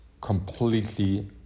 completely